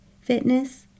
fitness